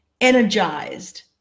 energized